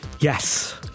Yes